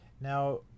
Now